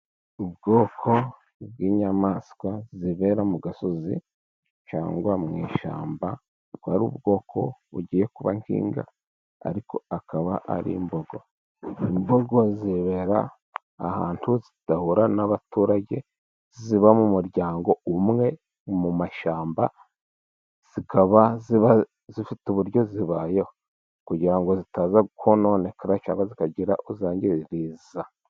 Ubwoko bw'inyamaswa zibera mu gasozi cyangwa mu ishyamba, bwari ubwoko bugiye kuba nk'inka ariko akaba ari imbogo, imbogo zibera ahantu zidahura n'abaturage ,ziba mu muryango umwe mu mashyamba zikaba zifite uburyo zibayeho kugira ngo zitaza kononekara zikagira uwo zangiriza.